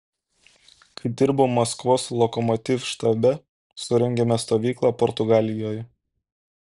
kai dirbau maskvos lokomotiv štabe surengėme stovyklą portugalijoje